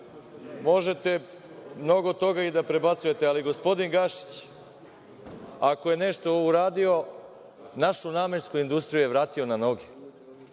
možete mnogo toga i da prebacujete, ali gospodin Gašić, ako je nešto uradio, našu namensku industriju je vratio na noge.